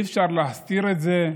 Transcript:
אי-אפשר להסתיר את זה.